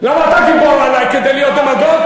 למה אתה גיבור עלי, כדי להיות דמגוג?